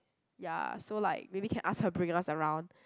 ya so like maybe can ask her to bring us around